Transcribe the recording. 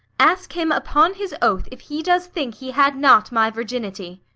ask him upon his oath if he does think he had not my virginity.